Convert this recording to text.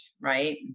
right